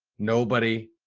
nobody,